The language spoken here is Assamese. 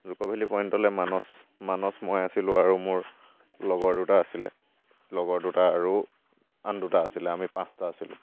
জুকো ভেলি পইণ্টলৈ মানচ মানচ মই আছিলোঁ আৰু মোৰ লগৰ দুটা আছিলে লগৰ দুটা আৰু আন দুটা আছিলে আমি পাঁচটা আছিলোঁ